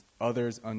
others